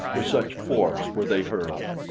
with such force were they hurled.